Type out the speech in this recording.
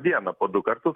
dieną po du kartus